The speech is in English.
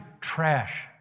trash